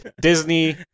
disney